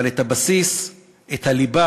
אבל את הבסיס, את הליבה,